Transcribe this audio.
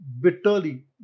bitterly